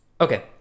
Okay